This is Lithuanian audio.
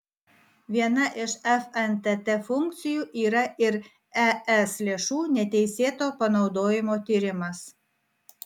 viena iš fntt funkcijų yra ir es lėšų neteisėto panaudojimo tyrimas